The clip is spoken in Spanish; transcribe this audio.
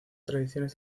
tradiciones